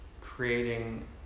creating